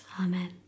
Amen